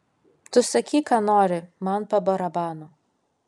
tu sakyk ką nori man pa barabanu